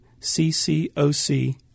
CCOC